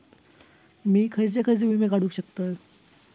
मी खयचे खयचे विमे काढू शकतय?